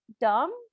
dumb